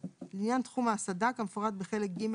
(3) לעניין תחום ההסעדה כמפורט בחלק ג'